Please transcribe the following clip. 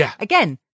again